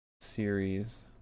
series